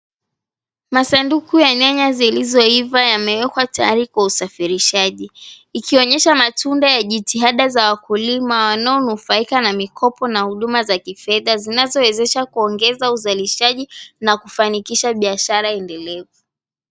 Masanduku ya nyanya zilizoiva yamewekwa tayari kwa usafirishaji ikionyesha matunda ya jitihada za wakulima wanaonufaika na mikopo na huduma za kifedha zinazowezesha kuongeza uzalishaji na kufanikisha biashara endelezi.